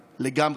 חד וחלק העמדה